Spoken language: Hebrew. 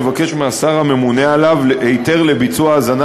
לבקש מהשר הממונה עליו היתר לביצוע האזנה